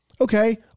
okay